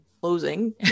closing